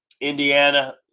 Indiana